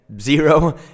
zero